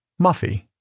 Muffy